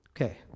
Okay